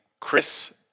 Chris